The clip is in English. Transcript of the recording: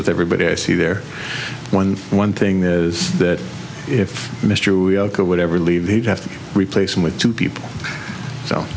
with everybody i see there one for one thing that is that if mr whatever leave he'd have to replace him with two people so